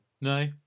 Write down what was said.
No